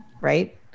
Right